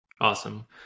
Awesome